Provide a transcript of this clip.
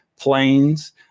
planes